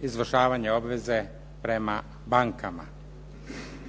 izvršavanje obveze prema bankama.